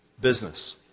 business